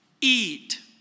eat